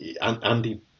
andy